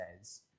says